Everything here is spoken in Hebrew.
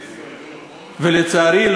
ולצערי,